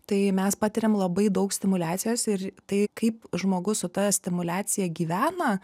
tai mes patiriam labai daug stimuliacijos ir tai kaip žmogus su ta stimuliacija gyvena